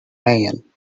mayen